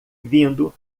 vindo